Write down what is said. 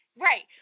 Right